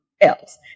else